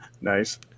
Nice